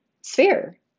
sphere